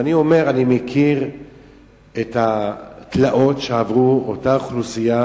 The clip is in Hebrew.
ואני אומר: אני מכיר את התלאות שעברה אותה אוכלוסייה,